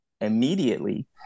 immediately